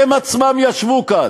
הם עצמם ישבו כאן.